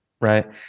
Right